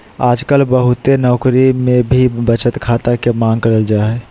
आजकल बहुते नौकरी मे भी बचत खाता के मांग करल जा हय